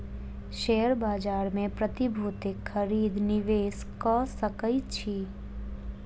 share बाजार मे प्रतिभूतिक खरीद निवेशक कअ सकै छै